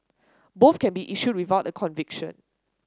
both can be issued without a conviction